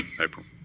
April